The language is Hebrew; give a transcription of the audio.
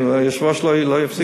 אם היושב-ראש לא יפסיק אותי.